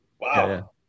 Wow